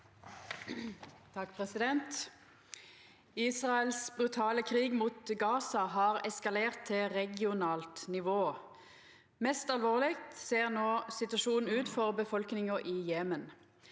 (SV) «Israels brutale krig mot Gaza har eskalert til regionalt nivå. Mest alvorleg ser no situasjonen ut for befolkninga i Jemen.